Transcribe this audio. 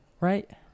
right